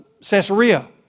Caesarea